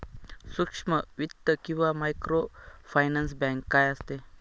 सूक्ष्म वित्त किंवा मायक्रोफायनान्स बँक काय असते?